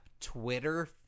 Twitter